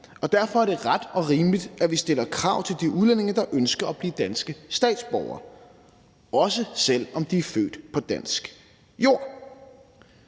Og derfor er det ret og rimeligt, at vi stiller krav til de udlændinge, der ønsker at blive danske statsborgere, også selv om de er født på dansk jord.